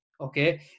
okay